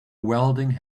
welding